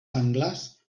senglars